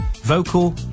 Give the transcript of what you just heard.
vocal